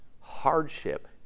hardship